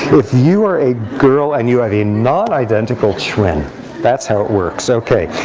if you are a girl and you have a non-identical twin that's how it works, ok.